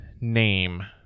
name